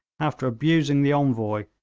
after abusing the envoy,